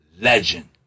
legend